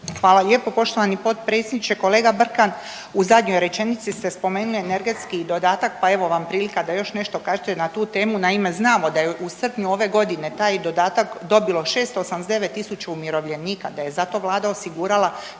Hvala lijepo poštovani potpredsjedniče. Kolega Brkan, u zadnjoj rečenici ste spomenuli energetski dodatak, pa evo vam prilika da još nešto kažete na tu temu. Naime, znamo da je u srpnju ove godine taj dodatak dobilo 689 tisuća umirovljenika, da je za to vlada osigurala